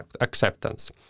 acceptance